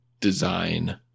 design